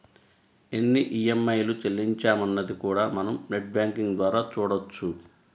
ఎన్ని ఈఎంఐలు చెల్లించామన్నది కూడా మనం నెట్ బ్యేంకింగ్ ద్వారా చూడొచ్చు